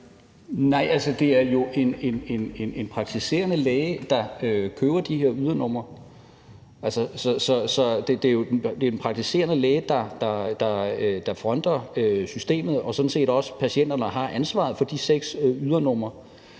Nej, det er jo en praktiserende læge, der køber de her ydernumre, så det er jo den praktiserende læge, der fronter systemet og sådan set også patienterne og har ansvaret for de seks ydernumre.